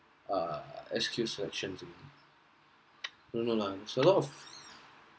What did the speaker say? err S_Q selections only no no lah it's a lot of